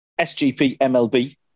SGPMLB